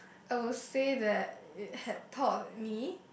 I will say that it had taught me